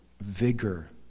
vigor